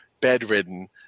bedridden